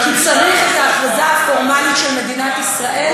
כי צריך את ההכרזה הפורמלית של מדינת ישראל,